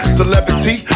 celebrity